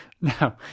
No